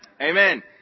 Amen